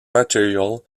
material